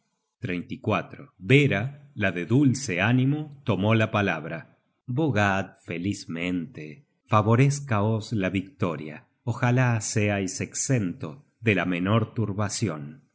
l la de dulce ánimo tomóla palabra bogad felizmente favorézcaosla victoria ojalá seais exentos de la menor turbacion